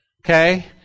Okay